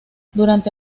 durante